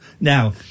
Now